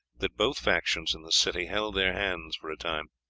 that both factions in the city held their hands for a time.